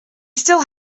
still